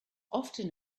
often